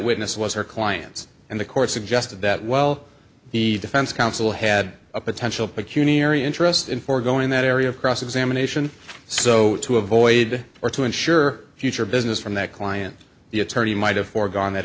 witness was her clients and the court suggested that well the defense counsel had a potential peculiar interest in foregoing that area of cross examination so to avoid or to ensure future business from that client the attorney might have foregone that